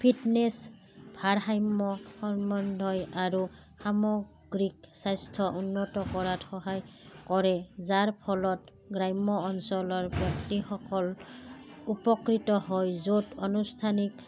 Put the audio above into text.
fitness ভাৰসাম্য সম্বন্ধই আৰু সামগ্ৰীক স্বাস্থ্য উন্নত কৰাত সহায় কৰে যাৰ ফলত গ্ৰাম্য অঞ্চলৰ ব্যক্তিসকল উপকৃত হয় য'ত আনুষ্ঠানিক